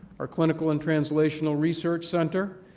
our clinical and translational research center,